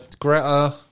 Greta